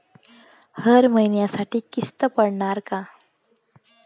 हर महिन्यासाठी किस्त पडनार का?